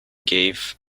gave